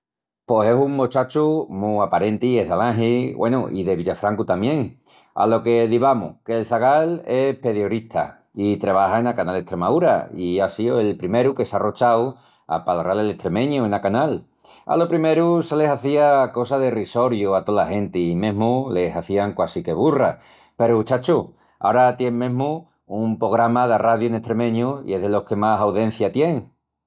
Pos es un mochachu mu aparenti i es d'Alangi, güenu, i de Villafrancu tamién. Alo que divamus, que'l zagal es pediorista i trebaja ena Canal Estremaúra i á síu el primeru que s'arrochau a palral el estremeñu ena Canal. Alo primeru se le hazía cosa de risoriu a tola genti i mesmu le hazían quasi que bulra peru, chacho, ara tien mesmu un pograma d'arradiu en estremeñu i es delos que más audencia tien!